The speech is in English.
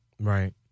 Right